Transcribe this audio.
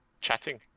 chatting